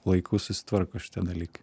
laiku susitvarko šitie dalykai